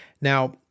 Now